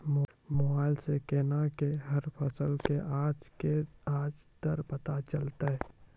Mobile सऽ केना कऽ हर फसल कऽ आज के आज दर पता चलतै?